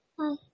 hi